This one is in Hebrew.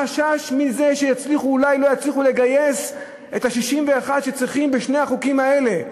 החשש שאולי לא יצליחו לגייס את ה-61 שצריכים בשני החוקים האלה.